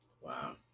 Wow